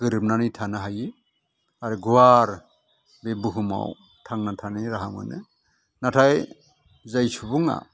गोरोबनानै थानो हायो आरो गुवार बे बुहुमाव थांनानै थानायनि राहा मोनो नाथाय जाय सुबुङा